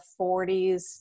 40s